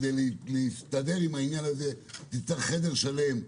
שכדי להסתדר עם העניין הזה חנות תצטרך חדר שלם,